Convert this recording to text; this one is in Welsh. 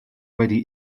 wedi